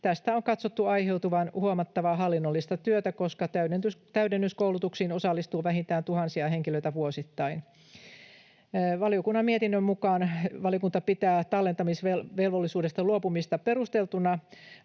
Tästä on katsottu aiheutuvan huomattavaa hallinnollista työtä, koska täydennyskoulutuksiin osallistuu vähintään tuhansia henkilöitä vuosittain. Valiokunnan mietinnön mukaan valiokunta pitää tallentamisvelvollisuudesta luopumista perusteltuna